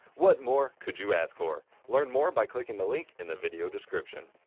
what more could you ask for? learn more by clicking the link in the video description.